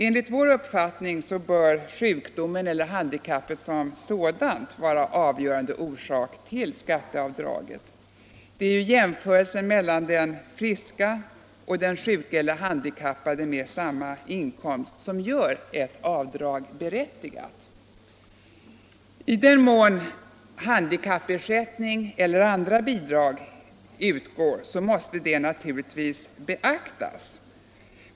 Enligt vår uppfattning bör sjukdomen eller handikappet som sådant vara den avgörande orsaken till skatteavdraget. Det är jämförelsen mellan den friske och den sjuke eller handikappade med samma inkomst som gör ett avdrag berättigat. I den mån handikappersättning eller andra bidrag Nr 36 utgår måste det naturligtvis beaktas.